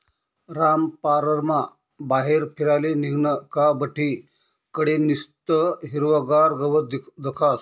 रामपाररमा बाहेर फिराले निंघनं का बठ्ठी कडे निस्तं हिरवंगार गवत दखास